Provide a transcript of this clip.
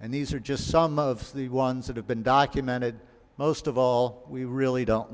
and these are just some of the ones that have been documented most of all we really don't